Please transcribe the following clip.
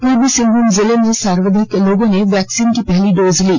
पूर्वी सिंहभूम जिले में सर्वाधिक लोगों ने वैक्सीन की पहली डोज ली